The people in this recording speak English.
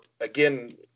again